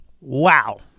Wow